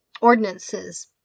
ordinances